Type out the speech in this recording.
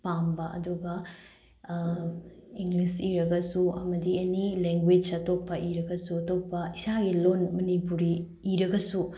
ꯄꯥꯝꯕ ꯑꯗꯨꯒ ꯏꯪꯂꯤꯁ ꯏꯔꯒꯁꯨ ꯑꯃꯗꯤ ꯑꯦꯅꯤ ꯂꯦꯡꯒ꯭ꯋꯦꯁ ꯑꯇꯣꯞꯄ ꯏꯔꯒꯁꯨ ꯑꯇꯣꯞꯄ ꯏꯁꯥꯒꯤ ꯂꯣꯟ ꯃꯅꯤꯄꯨꯔꯤ ꯏꯔꯒꯁꯨ